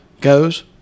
Goes